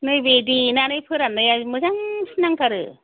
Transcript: नैबे देनानै फोराननाया मोजां फुनांथारो